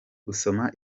gusoma